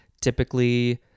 typically